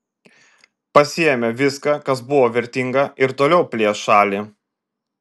pasiėmė viską kas buvo vertinga ir toliau plėš šalį